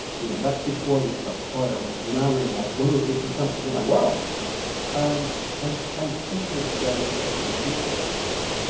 you know that's before we struck oil, and now we're like one of the richest countries in the world um and and fish was a very important food source for us.